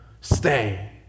Stay